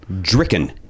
Dricken